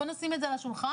בוא נשים את זה על השולחן,